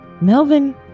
Melvin